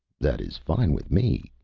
that is fine with me,